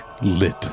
lit